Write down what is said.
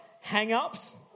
Hang-ups